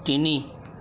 তিনি